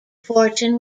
fortune